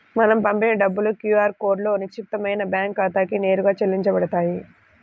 మనం పంపిన డబ్బులు క్యూ ఆర్ కోడ్లో నిక్షిప్తమైన బ్యేంకు ఖాతాకి నేరుగా చెల్లించబడతాయి